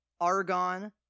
Argon